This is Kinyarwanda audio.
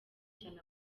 cyane